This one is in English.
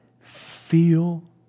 feel